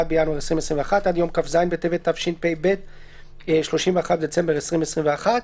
ינואר 2021) עד יום כ"ז בטבת התשפ"ב (31 בדצמבר 2021)."